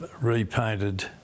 repainted